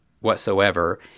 whatsoever